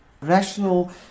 rational